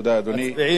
קריאה שלישית.